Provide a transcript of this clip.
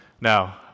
Now